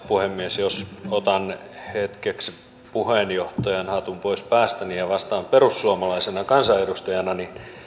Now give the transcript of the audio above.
puhemies jos otan hetkeksi puheenjohtajan hatun pois päästäni ja vastaan perussuomalaisena kansanedustajana